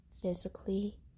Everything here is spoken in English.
physically